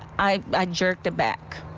i i jerked it back.